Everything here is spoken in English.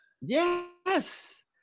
yes